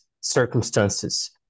circumstances